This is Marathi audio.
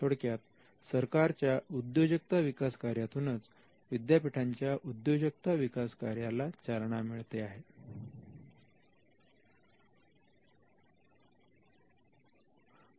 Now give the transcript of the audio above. थोडक्यात सरकारच्या उद्योजकता विकास कार्यातूनच विद्यापीठांच्या उद्योजकता विकास कार्याला चालना मिळाली